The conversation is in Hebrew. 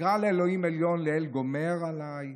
אקרא לאלוהים עליון, לאל גומר עליי.